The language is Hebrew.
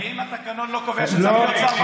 האם התקנון לא קובע שצריך להיות שר במליאה?